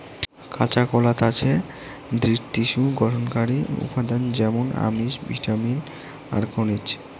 কাঁচাকলাত আছে দৃঢ টিস্যু গঠনকারী উপাদান য্যামুন আমিষ, ভিটামিন আর খনিজ